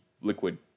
liquid